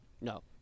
no